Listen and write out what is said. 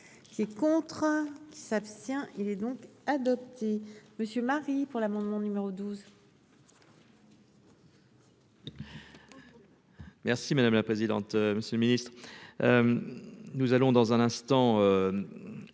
est contraint qui s'abstient. Il est donc adopté monsieur Marie pour l'amendement numéro 12. Merci madame la présidente. Monsieur le Ministre. Nous allons dans un instant.